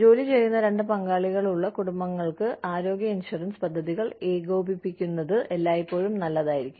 ജോലി ചെയ്യുന്ന രണ്ട് പങ്കാളികളുള്ള കുടുംബങ്ങൾക്ക് ആരോഗ്യ ഇൻഷുറൻസ് പദ്ധതികൾ ഏകോപിപ്പിക്കുന്നത് എല്ലായ്പ്പോഴും നല്ലതായിരിക്കും